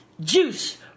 juice